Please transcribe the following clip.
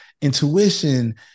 intuition